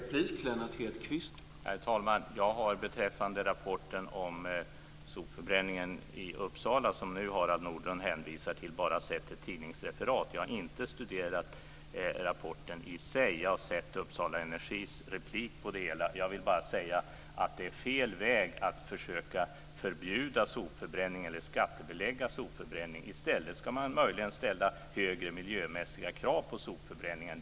Herr talman! Jag har beträffande rapporten om sopförbränningen i Uppsala, som nu Harald Nordlund hänvisar till, bara sett ett tidningsreferat. Jag har inte studerat rapporten i sig. Jag har sett Uppsala Energis replik på det hela. Jag vill bara säga att det är fel väg att försöka förbjuda eller skattebelägga sopförbränning. I stället ska man möjligen ställa högre miljömässiga krav på sopförbränningen.